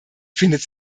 findet